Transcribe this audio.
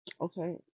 Okay